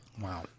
Wow